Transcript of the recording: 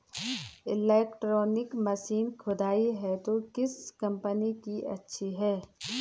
Electronic machine खुदाई हेतु किस कंपनी की अच्छी है?